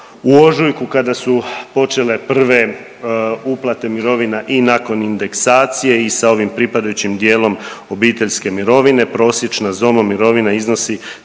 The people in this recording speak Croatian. u ožujku kada su počele prve uplate mirovina i nakon indeksacije i sa ovim pripadajućim dijelom obiteljske mirovine prosječna ZOMO mirovina iznosi